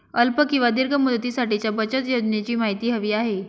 अल्प किंवा दीर्घ मुदतीसाठीच्या बचत योजनेची माहिती हवी आहे